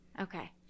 Okay